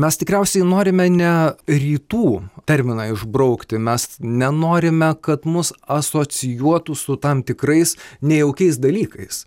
mes tikriausiai norime ne rytų terminą išbraukti mes nenorime kad mus asocijuotų su tam tikrais nejaukiais dalykais